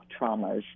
traumas